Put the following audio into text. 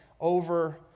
over